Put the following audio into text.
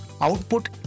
output